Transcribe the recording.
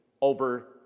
over